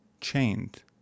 chained